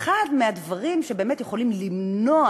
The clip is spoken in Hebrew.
אחד הדברים שבאמת יכולים למנוע